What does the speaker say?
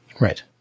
Right